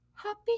happy